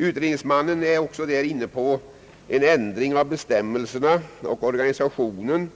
Utredningsmannen är också inne på en ändring av bestämmelserna om organisationen